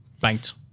banked